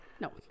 No